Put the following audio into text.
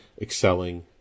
excelling